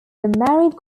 married